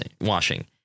washing